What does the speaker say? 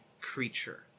creature